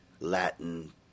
Latin